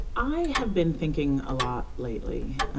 i have been thinking a lot, lately,